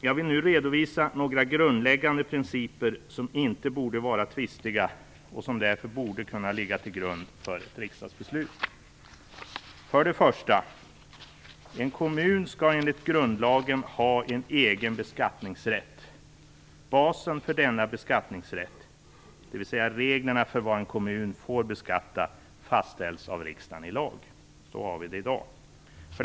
Jag vill nu redovisa några grundläggande principer som inte borde vara tvistiga och som därför borde kunna ligga till grund för riksdagsbeslut: reglerna för vad en kommun får beskatta, fastställs av riksdagen i lag. Så har vi det i dag. 2.